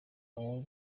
uwo